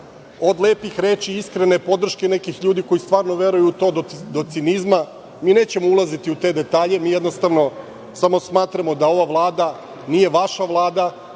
od lepih reči i iskrene podrške nekih ljudi koji stvarno veruju u to, do cinizma, nećemo ulaziti u te detalje. Jednostavno smatramo da ova Vlada nije vaša Vlada,